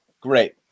great